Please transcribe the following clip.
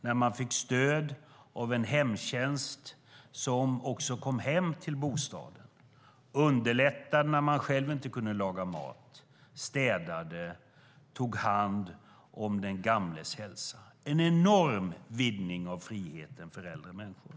De fick stöd av en hemtjänst som kom hem till bostaden och lagade mat, städade och tog hand om hälsan. Det var en enorm vidgning av friheten för äldre människor.